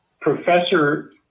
professor